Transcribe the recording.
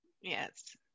Yes